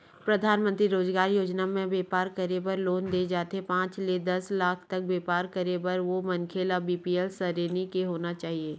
परधानमंतरी रोजगार योजना म बेपार करे बर लोन दे जाथे पांच ले दस लाख तक बेपार करे बर ओ मनखे ल बीपीएल सरेनी के होना चाही